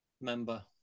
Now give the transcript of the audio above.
member